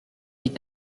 des